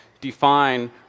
define